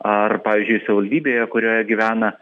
ar pavyzdžiui savivaldybėje kurioje gyvena